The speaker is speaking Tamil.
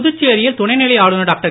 புதுச்சேரியில் துணைநிலை ஆளுனர் டாக்டர்